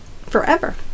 forever